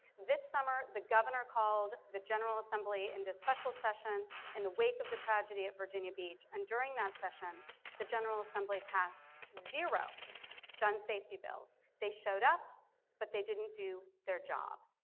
this summer the governor called the general assembly into special session in the wake of the tragedy at virginia beach and during that session the general assembly passed zero gun safety bills. they showed up but they didn't do their job.